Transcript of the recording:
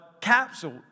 capsule